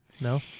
No